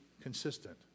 consistent